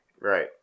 right